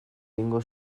egingo